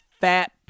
fat